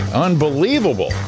Unbelievable